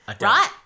right